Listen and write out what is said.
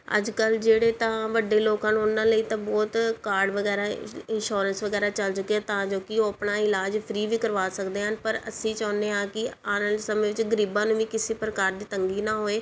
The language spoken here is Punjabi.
ਅੱਜ ਕੱਲ੍ਹ ਜਿਹੜੇ ਤਾਂ ਵੱਡੇ ਲੋਕ ਹਨ ਉਨ੍ਹਾਂ ਲਈ ਤਾਂ ਬਹੁਤ ਕਾਰਡ ਵਗੈਰਾ ਇੰਸ਼ੋਰੈਂਸ ਵਗੈਰਾ ਚਲ ਚੁੱਕੇ ਹੈ ਤਾਂ ਜੋ ਕਿ ਉਹ ਆਪਣਾ ਇਲਾਜ ਫ੍ਰੀ ਵੀ ਕਰਵਾ ਸਕਦੇ ਹਨ ਪਰ ਅਸੀਂ ਚਾਹੁੰਦੇ ਹਾਂ ਕਿ ਆਉਣ ਵਾਲੇ ਸਮੇਂ ਵਿੱਚ ਗਰੀਬਾਂ ਨੂੰ ਵੀ ਕਿਸੇ ਪ੍ਰਕਾਰ ਦੀ ਤੰਗੀ ਨਾ ਹੋਏ